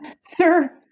Sir